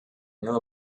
know